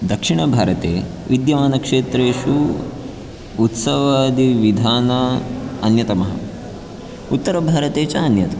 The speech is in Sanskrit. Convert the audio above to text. दक्षिणभारते विद्यमानक्षेत्रेषु उत्सवादिविधान अन्यतमः उतरभारते च अन्यत्